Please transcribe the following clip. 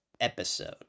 episode